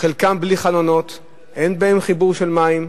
חלקן בלי חלונות, אין בהן חיבור של מים,